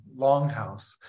longhouse